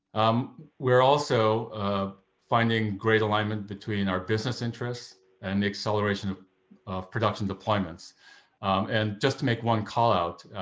um we're also finding great alignment between our business interests and the acceleration of of production deployments and just to make one call out.